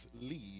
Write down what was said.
leave